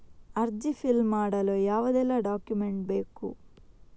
ಅರ್ಜಿ ಫಿಲ್ ಮಾಡಲು ಯಾವುದೆಲ್ಲ ಡಾಕ್ಯುಮೆಂಟ್ ಬೇಕು?